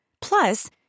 Plus